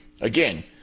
Again